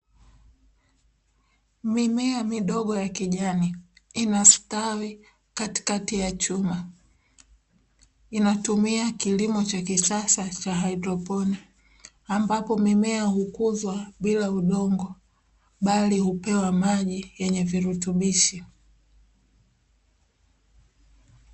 Mimea midogo ya kijani inastawi Katikati ya chuma, inayotumia kilimo cha kisasa cha haidroponi. Ambapo mimea hukuzwa bila udongo bali hupewa maji yenye virutubishi.